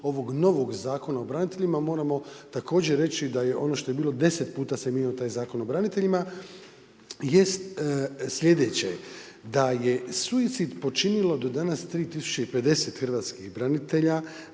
ovog novog Zakona o braniteljima, moramo također reći da je ono što je bilo deset puta se mijenjao taj Zakon o braniteljima, jest slijedeće. Da je suicid počinilo do danas 3 050 hrvatskih branitelja,